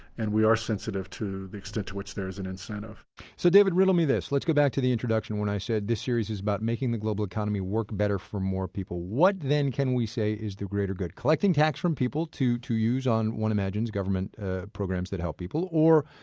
and we are sensitive to the extent to which there is an incentive so david, riddle me this. let's go back to the introduction when i said this series is about making the global economy work better for more people. what then can we say is the greater good? collecting tax from people to to use on, one imagines, government programs that help people? or,